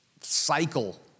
cycle